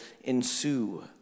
ensue